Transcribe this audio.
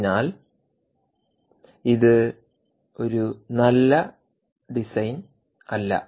അതിനാൽ ഇത് ഒരു നല്ല ഡിസൈൻ അല്ല